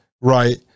right